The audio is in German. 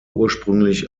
ursprünglich